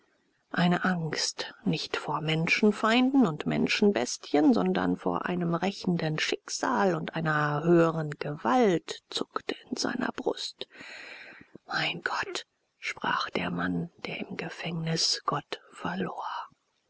eine angst nicht vor menschenfeinden und menschenbestien sondern vor einem rächenden schicksal und einer höheren gewalt zuckte in seiner brust mein gott sprach der mann der im gefängnis gott verlor